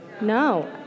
No